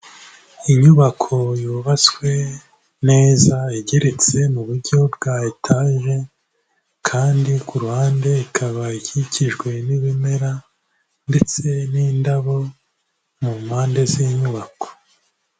Inyubako yubatswe neza igeretse mu buryo bwa etaje kandi ku ruhande ikaba ikikijwe n'ibimera ndetse n'indabo mu mpande z'inyubako.